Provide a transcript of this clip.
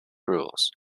rules